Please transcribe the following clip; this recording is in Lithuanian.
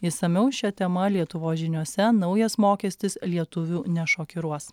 išsamiau šia tema lietuvos žiniose naujas mokestis lietuvių nešokiruos